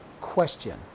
question